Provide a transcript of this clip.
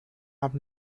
have